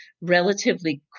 relatively